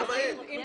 זה